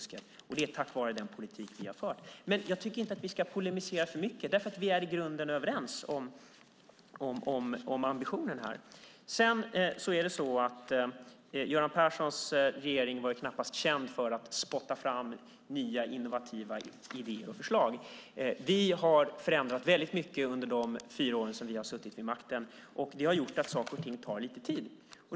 Det är tack vare den politik som vi har fört. Men jag tycker inte att vi ska polemisera för mycket, för vi är i grunden överens om ambitionen. Göran Perssons regering var knappast känd för att spotta fram nya, innovativa idéer och förslag. Vi har förändrat väldigt mycket under de fyra år vi har suttit vid makten. Det har gjort att saker och ting tar lite tid.